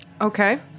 Okay